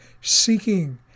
seeking